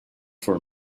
for